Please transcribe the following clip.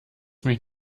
mich